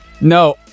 No